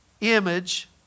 image